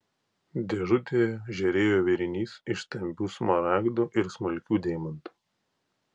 dėžutėje žėrėjo vėrinys iš stambių smaragdų ir smulkių deimantų